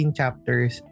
chapters